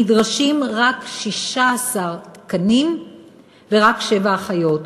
נדרשים רק 16 תקנים ורק שבע אחיות.